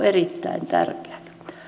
erittäin tärkeää